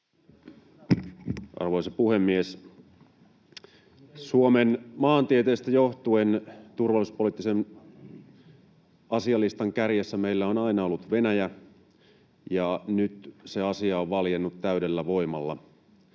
Arvoisa puhemies! Suomen maantieteestä johtuen turvallisuuspoliittisen asialistan kärjessä meillä on aina ollut Venäjä, ja nyt se asia on valjennut täydellä voimalla.